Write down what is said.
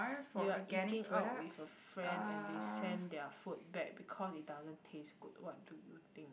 you are eating out with a friend and they send their food back because it doesn't taste good what do you think